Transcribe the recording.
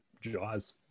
jaws